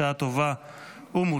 בשעה טובה ומוצלחת.